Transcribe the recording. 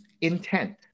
intent